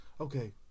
Okay